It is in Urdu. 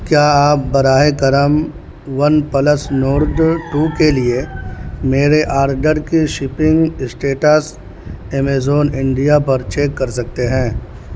کیا آپ براہ کرم ون پلس نورڈ ٹو کے لیے میرے آرڈر کی شپنگ اسٹیٹس ایمیزون انڈیا پر چیک کر سکتے ہیں